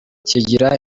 kigira